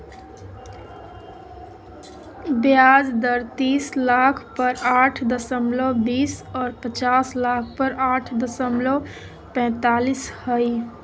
ब्याज दर तीस लाख पर आठ दशमलब बीस और पचास लाख पर आठ दशमलब पैतालीस हइ